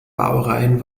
baureihen